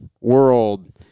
world